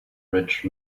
rich